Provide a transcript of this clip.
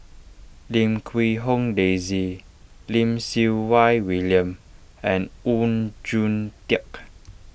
Lim Quee Hong Daisy Lim Siew Wai William and Oon Jin Teik